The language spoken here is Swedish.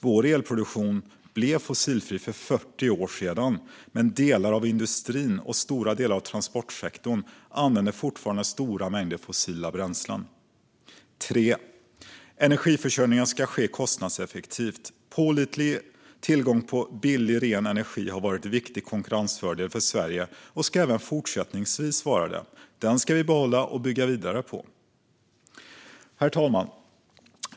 Vår elproduktion blev fossilfri för 40 år sedan, men delar av industrin och stora delar av transportsektorn använder fortfarande stora mängder fossila bränslen. Energiförsörjningen ska ske kostnadseffektivt. Pålitlig tillgång på billig, ren energi har varit en viktig konkurrensfördel för Sverige och ska även fortsättningsvis vara det. Den ska vi behålla och bygga vidare på. Herr talman!